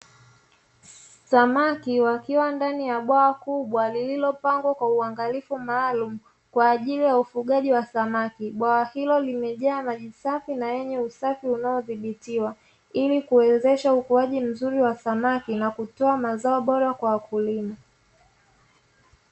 Samaki wakiwa ndani ya bwawa kubwa lililopangwa kwa uangalifu maalumu, kwa ajili ya ufugaji wa samaki bwawa hilo limejaa maji safi na yenye usafi unaodhibitiwa, ili kuwezesha ukuaji mzuri wa samaki, na kutoa mazao bora kwa wakulima.